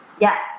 Yes